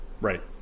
right